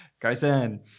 Carson